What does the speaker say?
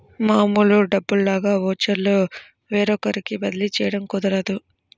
మామూలు డబ్బుల్లాగా ఓచర్లు వేరొకరికి బదిలీ చేయడం కుదరదు